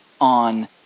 on